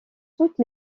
toutes